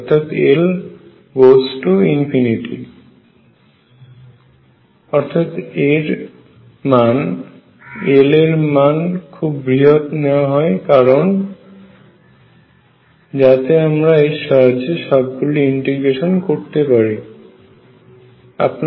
অর্থাৎ এর মানে L এর মান খুব বৃহৎ নেওয়া হয় কারণ যাতে আমরা এর সাহায্যে সবগুলি ইন্টিগ্রেশন করতে পারা যায়